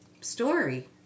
story